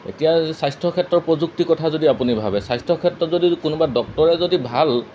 এতিয়া স্বাস্থ্য ক্ষেত্ৰৰ প্ৰযুক্তিৰ কথা যদি আপুনি ভাবে স্বাস্থ্য ক্ষেত্ৰত যদি কোনোবা ডক্তৰে যদি ভাল